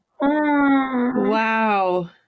Wow